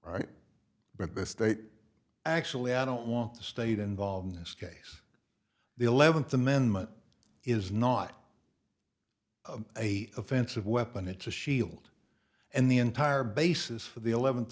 right but the state actually i don't want the state involved in this case the eleventh amendment is not a offensive weapon it's a shield and the entire basis for the eleventh